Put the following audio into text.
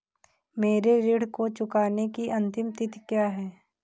मेरे ऋण को चुकाने की अंतिम तिथि क्या है?